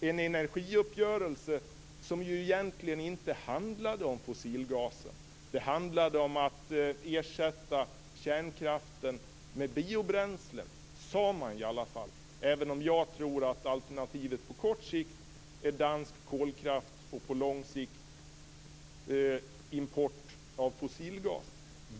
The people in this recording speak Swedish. en energiuppgörelse som egentligen inte handlade om fossilgasen. Den handlade om att ersätta kärnkraften med biobränslen. Det sade man i alla fall, även om jag tror att alternativet på kort sikt är dansk kolkraft och på lång sikt import av fossilgas.